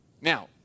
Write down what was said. Now